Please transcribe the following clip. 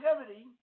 activity